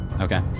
okay